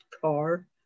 car